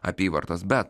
apyvartos bet